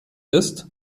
ist